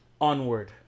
onward